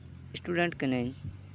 student ᱠᱟᱹᱱᱟᱹᱧ